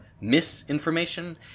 misinformation